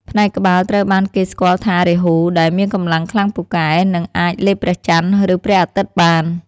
ផ្នែកក្បាលត្រូវបានគេស្គាល់ថារាហូ ដែលមានកម្លាំងខ្លាំងពូកែ និងអាចលេបព្រះចន្ទ ឬព្រះអាទិត្យបាន។